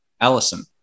Allison